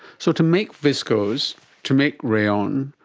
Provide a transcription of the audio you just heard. so to make viscose, to make rayon,